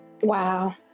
Wow